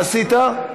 לא הצביע,